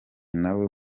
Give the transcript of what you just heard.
nawe